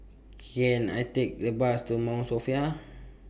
Can I Take A Bus to Mount Sophia